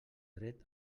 dret